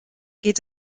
geht